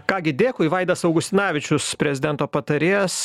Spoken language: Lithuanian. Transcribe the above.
ką gi dėkui vaidas augustinavičius prezidento patarėjas